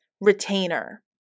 retainer